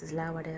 does it